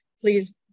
please